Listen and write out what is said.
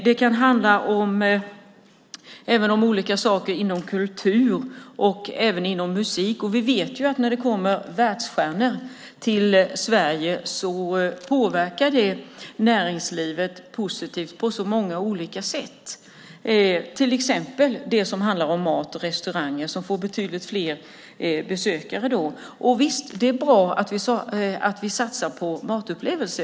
Det kan även handla om olika saker inom kulturen och musiken. När världsstjärnor kommer till Sverige påverkas näringslivet positivt på många olika sätt, till exempel när det gäller mat och restauranger som då får betydligt fler besökare. Visst är det bra att vi satsar på matupplevelser.